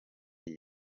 iyi